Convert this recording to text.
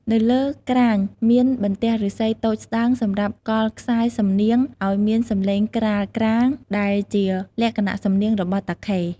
នៅលើក្រាញ មានបន្ទះឫស្សីតូចស្ដើងសម្រាប់កល់ខ្សែសំនៀងឱ្យមានសំនៀងក្រាងៗ ដែលជាលក្ខណៈសំនៀងរបស់តាខេ។